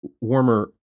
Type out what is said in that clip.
warmer